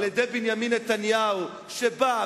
ועל-ידי בנימין נתניהו שבא,